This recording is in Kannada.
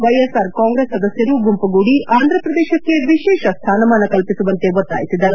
ವೈಎಸ್ಆರ್ ಕಾಂಗ್ರೆಸ್ ಸದಸ್ಕರು ಗುಂಪುಗೂಡಿ ಆಂಧ್ರಪ್ರದೇಶಕ್ಷೆ ವಿಶೇಷ ಸ್ಥಾನಮಾನ ಕಲ್ಪಿಸುವಂತೆ ಒತ್ತಾಯಿಸಿದರು